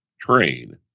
train